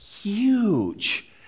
huge